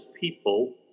people